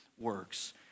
works